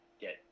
get